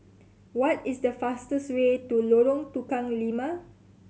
what is the fastest way to Lorong Tukang Lima